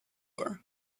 her